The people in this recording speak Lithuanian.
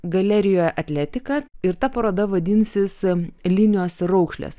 galerijoje atletika ir ta paroda vadinsis linijos ir raukšlės